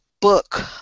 book